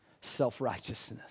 self-righteousness